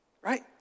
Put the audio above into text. right